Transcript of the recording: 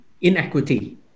inequity